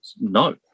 no